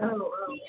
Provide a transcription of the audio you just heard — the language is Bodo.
औ औ